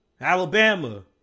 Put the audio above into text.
alabama